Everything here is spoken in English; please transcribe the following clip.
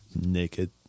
Naked